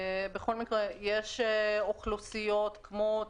אבל בדיקה יזומה של